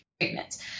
treatments